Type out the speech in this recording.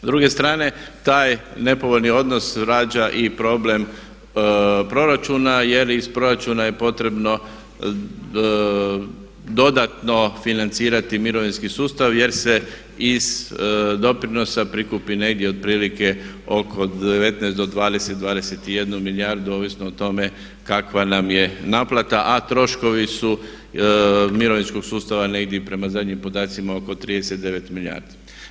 S druge strane taj nepovoljni odnos rađa i problem proračuna jer iz proračuna je potrebno dodatno financirati mirovinski sustav jer se iz doprinosa prikupi negdje otprilike oko 19 do 20, 21 milijardu ovisno o tome kakva nam je naplata, a troškovi su mirovinskog sustava negdje prema zadnjim podacima oko 39 milijardi.